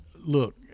Look